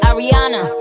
Ariana